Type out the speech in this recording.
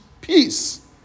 peace